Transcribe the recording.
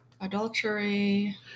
Adultery